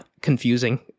confusing